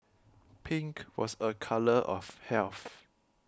pink was a colour of health